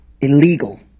illegal